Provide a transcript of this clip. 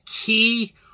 key